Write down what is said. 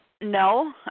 no